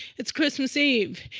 it's christmas eve.